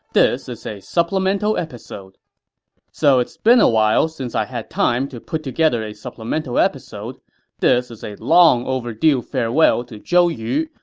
this is a supplemental episode so it's been awhile since i had time to put together a supplemental episode, so this is a long overdue farewell to zhou yu,